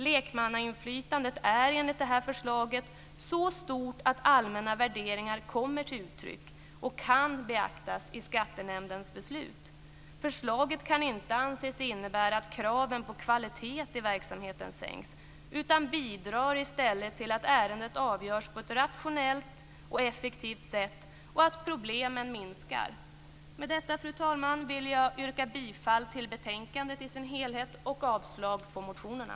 Lekmannainflytandet är enligt detta förslag så stort att allmänna värderingar kommer till uttryck och kan beaktas i skattenämndens beslut. Förslaget kan inte anses innebära att kraven på kvalitet i verksamheten sänks, utan bidrar i stället till att ärendet avgörs på ett rationellt och effektivt sätt och att problemen minskar. Med detta, fru talman, vill jag yrka bifall till hemställan i betänkandet i dess helhet och avslag på motionerna.